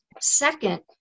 second